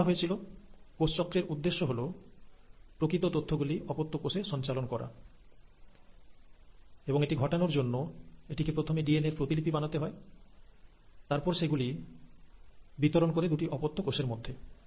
আগেই বলা হয়েছিল কোষচক্রের উদ্দেশ্য হল প্রকৃত তথ্য গুলি অপত্য কোষে সঞ্চালন করা এবং এটি ঘটানোর জন্য এটিকে প্রথমে ডিএনএ র প্রতিলিপি বানাতে হয় তারপর সেগুলি বিতরণ করে দুটি অপত্য কোষের মধ্যে